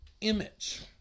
image